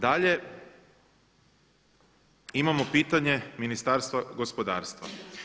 Dalje imamo pitanje Ministarstva gospodarstva.